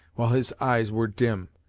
while his eyes were dim.